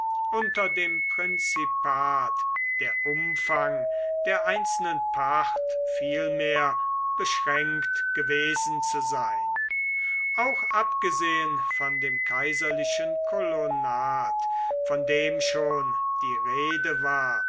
unter dem prinzipat der umfang der einzelnen pacht vielmehr beschränkt gewesen zu sein auch abgesehen von dem kaiserlichen kolonat von dem schon die rede war